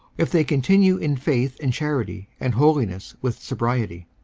if they continue in faith and charity and holiness with sobriety.